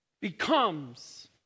becomes